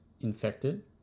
infected